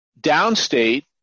downstate